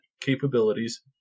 capabilities